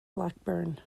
blackburn